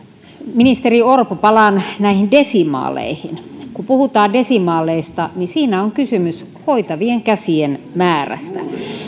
ministeri orpo palaan näihin desimaaleihin kun puhutaan desimaaleista niin siinä on kysymys hoitavien käsien määrästä